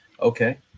Okay